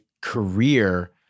career